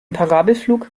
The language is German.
parabelflug